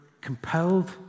compelled